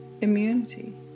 immunity